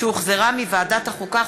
שהוחזרה מוועדת החוקה,